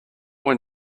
when